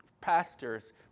pastors